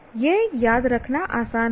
यह याद रखना आसान होगा